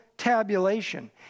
tabulation